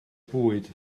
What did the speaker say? bwyd